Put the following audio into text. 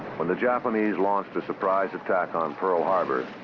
when the japanese launched a surprise attack on pearl harbor,